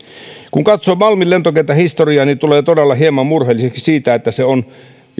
kun katsoo malmin lentokentän historiaa tulee todella hieman murheelliseksi siitä että se on